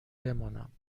بمانم